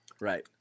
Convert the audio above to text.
Right